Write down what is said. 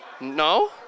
No